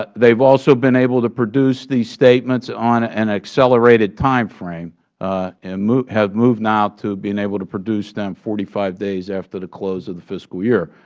but they have also been able to produce these statements on an accelerated time frame and have moved now to being able to produce them forty five days after the close of the fiscal year,